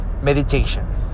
meditation